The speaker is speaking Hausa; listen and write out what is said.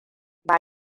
ba